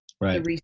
right